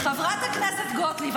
חברת הכנסת גוטליב,